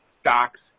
stocks